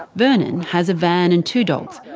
vernon has a van and two dogs,